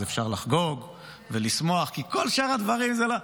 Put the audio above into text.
אז אפשר לחגוג ולשמוח, כי כל שאר הדברים זה לא,